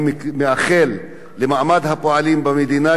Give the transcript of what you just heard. אני מאחל למעמד הפועלים במדינה,